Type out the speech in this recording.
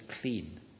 clean